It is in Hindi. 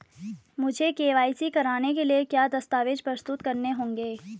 मुझे के.वाई.सी कराने के लिए क्या क्या दस्तावेज़ प्रस्तुत करने होंगे?